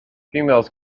females